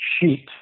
sheet